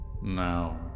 Now